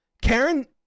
Karen